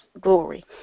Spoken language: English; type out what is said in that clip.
glory